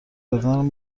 دادن